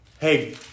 hey